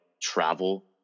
travel